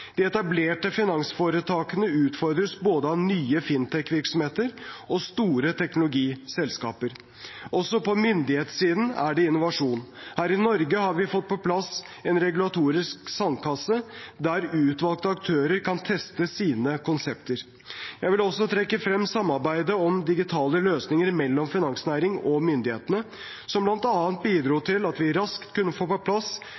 De etablerte finansforetakene utfordres av både nye fintech-virksomheter og store teknologiselskaper. Også på myndighetssiden er det innovasjon: Her i Norge har vi fått på plass en regulatorisk sandkasse der utvalgte aktører kan teste sine konsepter. Jeg vil også trekke frem samarbeidet om digitale løsninger mellom finansnæringen og myndighetene, som bl.a. bidro til at vi raskt kunne få på plass